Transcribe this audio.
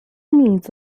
means